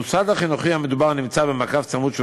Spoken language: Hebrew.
המוסד החינוכי המדובר נמצא במעקב צמוד של